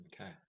Okay